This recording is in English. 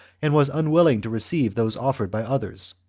and was un willing to receive those offered by others,